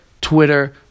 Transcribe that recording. Twitter